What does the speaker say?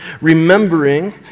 remembering